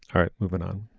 all right moving on